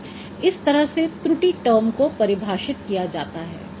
इस तरह से त्रुटि टर्म को परिभाषित किया जाता है